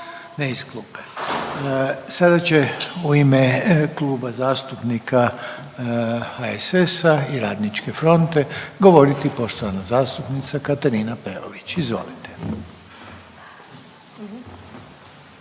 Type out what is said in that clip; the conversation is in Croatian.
Željko (HDZ)** Sada će u ime Kluba zastupnika HSS-a i Radničke fronte govoriti poštovana zastupnica Katarina Peović, izvolite.